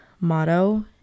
motto